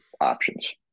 Options